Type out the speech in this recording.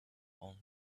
own